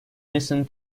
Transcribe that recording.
listen